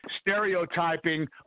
stereotyping